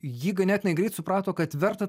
ji ganėtinai greit suprato kad verta